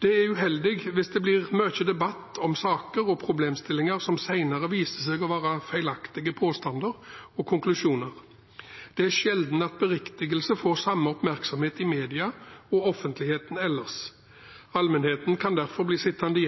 Det er uheldig dersom det blir mye debatt om saker og problemstillinger som senere viser seg å være feilaktige påstander og konklusjoner. Det er sjelden at beriktigelsene får samme oppmerksomhet i media og offentligheten ellers. Allmennheten kan derfor bli sittende